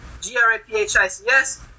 G-R-A-P-H-I-C-S